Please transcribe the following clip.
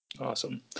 Awesome